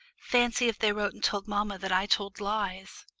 fancy if they wrote and told mamma that i told lies.